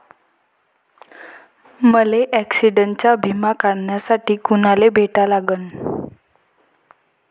मले ॲक्सिडंटचा बिमा काढासाठी कुनाले भेटा लागन?